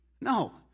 No